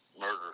murder